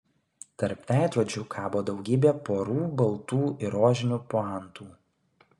tarp veidrodžių kabo daugybė porų baltų ir rožinių puantų